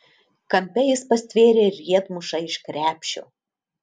kampe jis pastvėrė riedmušą iš krepšio